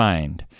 Mind